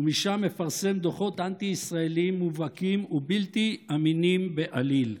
ומשם מפרסם דוחות אנטי-ישראליים מובהקים ובלתי אמינים בעליל.